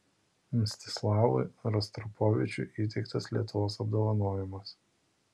mstislavui rostropovičiui įteiktas lietuvos apdovanojimas